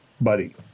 buddy